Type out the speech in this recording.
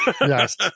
Yes